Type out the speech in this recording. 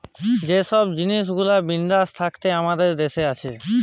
যে ছব জিলিস গুলা বিদ্যাস থ্যাইকে আমাদের দ্যাশে আসে